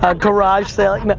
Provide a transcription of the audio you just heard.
ah garage sale-ing,